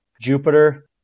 Jupiter